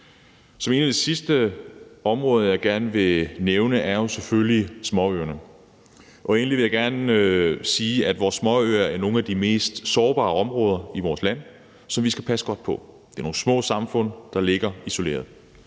Et af de sidste områder, jeg gerne vil nævne, er selvfølgelig småøerne. Egentlig vil jeg gerne sige, at vores småøer er nogle af de mest sårbare områder i vores land, som vi skal passe godt på. Det er nogle små samfund, der ligger isoleret,